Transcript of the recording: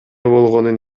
болгонун